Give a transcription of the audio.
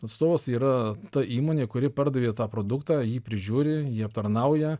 atstovas tai yra ta įmonė kuri pardavė tą produktą jį prižiūri jį aptarnauja